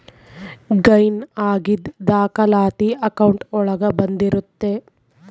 gain ಆಗಿದ್ ದಾಖಲಾತಿ account ಒಳಗ ಬಂದಿರುತ್ತೆ